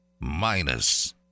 Minus